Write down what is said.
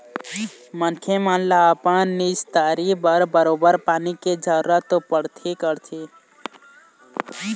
मनखे मन ल अपन निस्तारी बर बरोबर पानी के जरुरत तो पड़बे करथे